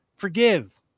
forgive